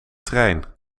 trein